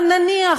אבל נניח,